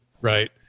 right